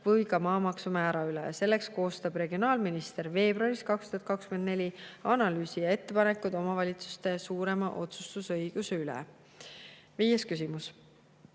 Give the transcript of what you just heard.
kui ka maamaksumäära üle. Selleks koostab regionaalminister veebruaris 2024. aastal analüüsi ja ettepanekud omavalitsuste suurema otsustusõiguse kohta. Viies küsimus: